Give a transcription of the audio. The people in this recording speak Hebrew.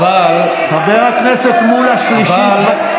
חבר הכנסת מולא, שלישית.